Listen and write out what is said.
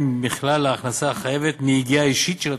מכלל ההכנסה החייבת מיגיעה אישית של התושבים,